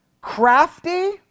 crafty